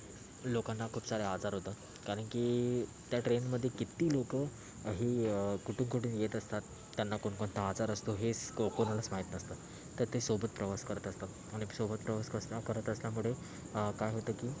लोकांना खूप सारे आजार होतात कारण की त्या ट्रेनमधे किती लोकं ही कुठून कुठून येत असतात त्यांना कोणकोणता आजार असतो हे स कोण कोणालाच माहीत नसतं तर ते सोबत प्रवास करत असतात आणि सोबत प्रवास करत असल्यामुळे काय होतं की